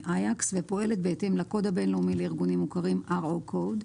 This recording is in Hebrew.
(IACS) ופועלת בהתאם לקוד הבין-לאומי לארגונים מוכרים (RO CODE),